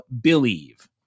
Believe